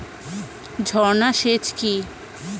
ঝর্না সেচ কি?